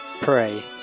pray